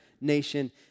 nation